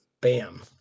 bam